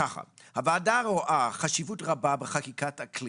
הוועדה רואה חשיבות רבה בחקיקת אקלים,